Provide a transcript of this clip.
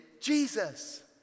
Jesus